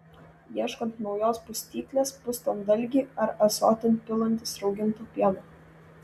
ieškant naujos pustyklės pustant dalgį ar ąsotin pilantis rauginto pieno